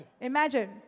Imagine